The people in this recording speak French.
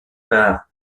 par